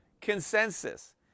consensus